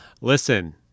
listen